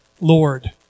Lord